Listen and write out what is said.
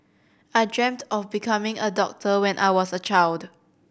I dreamt of becoming a doctor when I was a child